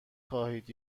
خواهید